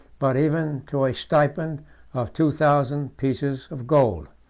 but even to a stipend of two thousand pieces of gold.